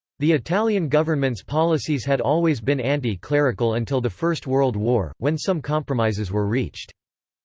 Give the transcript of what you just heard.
the italian government's policies had always been anti-clerical until the first world war, when some compromises were reached.